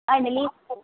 ஆ இந்த லீவ்